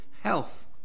health